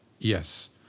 Yes